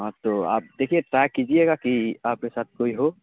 ہاں تو آپ دیکھیے ٹرائی کیجیے گا کہ آپ کے ساتھ کوئی ہو